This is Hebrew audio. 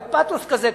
בפתוס כזה,